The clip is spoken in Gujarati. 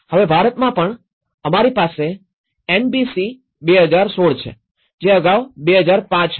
હવે ભારતમાં પણ અમારી પાસે એનબીસી ૨૦૧૬ છે જે અગાઉ ૨૦૦૫થી હતી